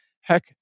heck